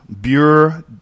Bureau